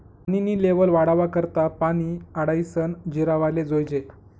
पानी नी लेव्हल वाढावा करता पानी आडायीसन जिरावाले जोयजे